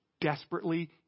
desperately